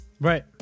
Right